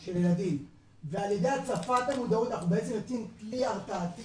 של ילדים ועל ידי הפצת המודעות אנחנו בעצם נותנים כלי הרתעתי